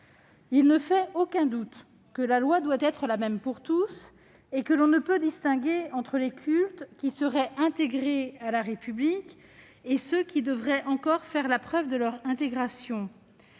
Il ne fait aucun doute que la loi doit être la même pour tous et que l'on ne peut distinguer entre les cultes qui seraient intégrés à la République et ceux qui devraient encore faire la preuve de leur intégration.